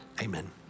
Amen